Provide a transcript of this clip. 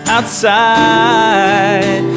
Outside